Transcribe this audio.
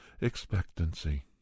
expectancy